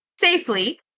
Safely